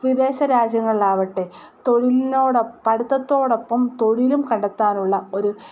വിദേശത്ത രാജ്യങ്ങളിലാവട്ടെ തൊഴിലിനോട് പഠിത്തത്തോടൊപ്പം തൊഴിലും കണ്ടെത്താനുള്ള ഒരു